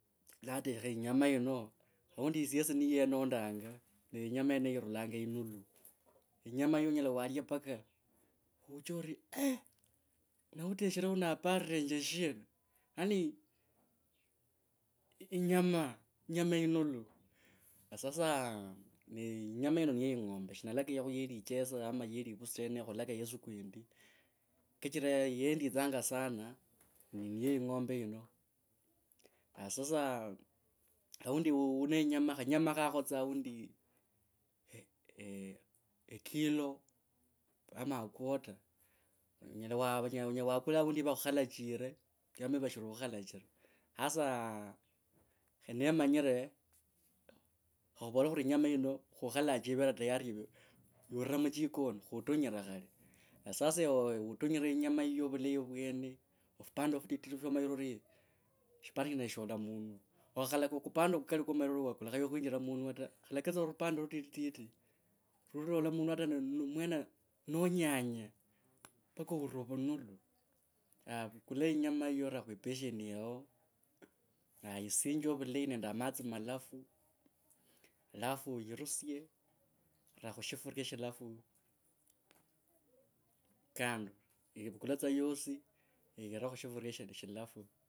Latekha yinyama yino aundi syesi niyo yenondaga oinyama yeneyo irulanga inulu yinyama yonyela walya mpaka ouche orii na uteshrenje uno aparenje shina yaani yinyama inulu ne sasa yinyama yino ni ya eng’ombe shinalakaya khu ye lichesa ama ye liuusi yeneyo khulalakaya esuku yindi kachira yenditsanga sana ni ya ing’ombe yino haiyaa sasa aundi yiwe u ne yinyama khanyama khakho aundi e ekilo ama a quarter, onyela wa onyela wakula aundi yova khukhalachire yinyama yavashiri khukhalachira hasa khenemanyiro yinyama yavashiri khukhalachira khutonyre khale na sasa yiwe utonyre yinyama yiyo vulayi vwene orupande rutiti fwomanyire orii shipande shimo shilola munwa okhakhalaka kupande kukali kwomanyire orii kulakhaywa khwibjira munwa ta khalaka tsa rupande rutiti rutiti fuli fulola munwa mwene nonyanya mpaka oulra vundu aah vukula yinyama yiyo ra khwi pesheni yao haya yisinje vulayi nende a matsi malafu alafu uirusye ra khushifuria shilafu kando no vukula tsa yosi noyira khushifuria shindig shilafu.